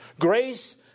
Grace